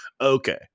okay